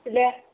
दे